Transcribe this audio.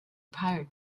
pirate